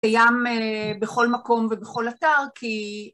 סיים בכל מקום ובכל אתר כי...